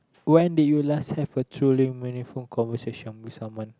when did you last have a truly meaningful conversation with someone